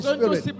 Spirit